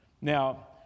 Now